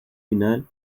final